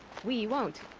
we won't!